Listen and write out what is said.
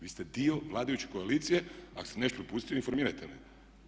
Vi ste dio vladajuće koalicije, ako sam nešto propustio, informirajte me.